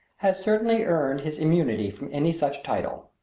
has certainly earned his immunity from any such title.